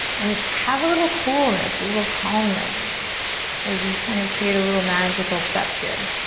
and have a little coolness, a little calmness as you kind of create a little magical step here.